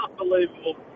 Unbelievable